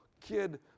kid